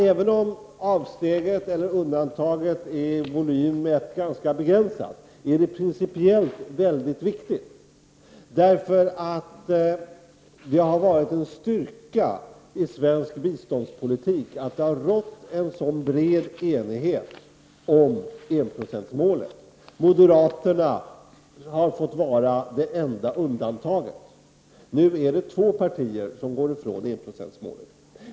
Även om avsteget eller undantaget är i volym mätt ganska begränsat, är det principiellt väldigt viktigt. Det har varit en styrka i svensk biståndspolitik att det har rått en så bred enighet om enprocentsmålet. Moderaterna har fått vara det enda undantaget. Nu är det två partier som går ifrån enprocentsmålet.